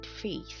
faith